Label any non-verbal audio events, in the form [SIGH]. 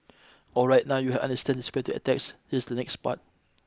alright now you understand the [UNINTELLIGIBLE] attacks here's the next part